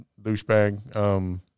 douchebag